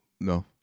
No